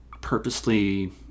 purposely